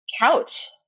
couch